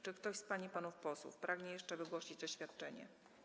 Czy ktoś z pań i panów posłów pragnie jeszcze wygłosić oświadczenie?